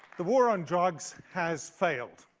the war on drugs has failed.